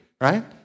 right